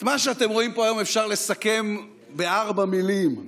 את מה שאתם רואים פה היום אפשר לסכם בארבע מילים: